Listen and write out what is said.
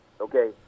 Okay